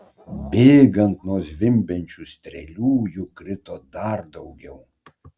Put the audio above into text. bėgant nuo zvimbiančių strėlių jų krito dar daugiau